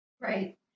Right